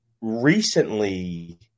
recently